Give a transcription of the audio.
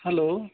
hello